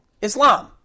Islam